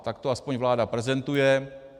Tak to aspoň vláda prezentuje.